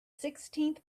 sixteenth